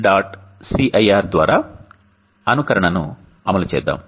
cir ద్వారా అనుకరణను అమలు చేద్దాం